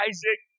Isaac